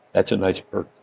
that's a nice perk.